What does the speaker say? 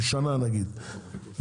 לשנה נגיד,